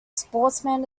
sportsman